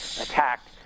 attacked